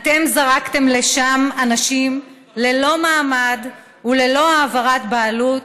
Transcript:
אתם זרקתם לשם אנשים ללא מעמד וללא העברת בעלות,